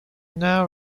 now